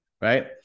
right